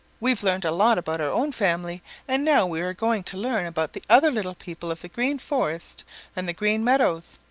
we've learned a lot about our own family and now we are going to learn about the other little people of the green forest and the green meadows.